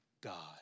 God